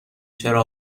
چرا